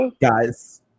Guys